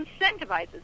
incentivizes